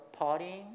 partying